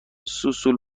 سوسول